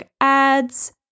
ads